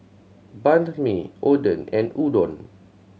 Banh Mi Oden and Udon